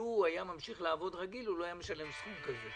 שלו הוא היה עובד רגיל הוא לא היה משלם סכום כזה.